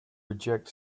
reject